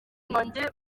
mwongere